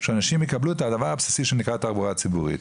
שאנשים יקבלו את הדבר הבסיסי שנקרא תחבורה ציבורית.